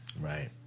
Right